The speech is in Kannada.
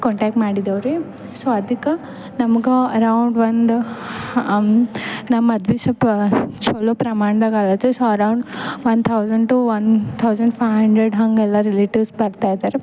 ಕಾಂಟಾಕ್ಟ್ ಮಾಡಿದೇವ್ರಿ ಸೊ ಅದಕ್ಕೆ ನಮ್ಗೆ ಅರೌಂಡ್ ಒಂದು ನಮ್ಮ ಮದ್ವೆ ಸ್ವಲ್ಪ ಛಲೋ ಪ್ರಮಾಣದಾಗ ಆಗುತ್ತೆ so around one thousand to one thousand five hundred ಹಂಗೇಲ್ಲ ರಿಲೇಟಿವ್ಸ್ ಬರ್ತಾಯಿದಾರೆ